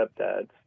stepdads